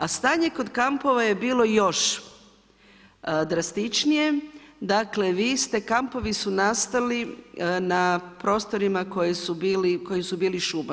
A stanje kod kampova je bilo još drastičnije, dakle vi ste, kampovi su nastali na prostorima koji su bili šuma.